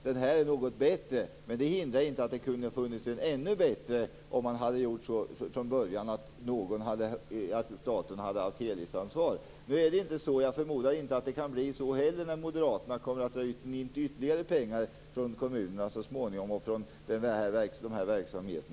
Den här är något bättre, men det hindrar inte att det hade varit ännu bättre om staten hade haft ett helhetsansvar redan från början. Nu är det inte så, och jag förmodar att det inte heller kan bli så om moderaterna så småningom kommer att dra in ytterligare pengar från kommunerna och från dessa verksamheter.